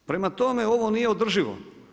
Prema tome ovo nije održivo.